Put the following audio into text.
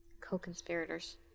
co-conspirators